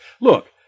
Look